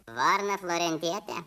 varną florentietę